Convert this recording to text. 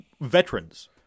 veterans